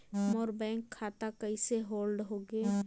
मोर bank खाता कइसे hold होगे?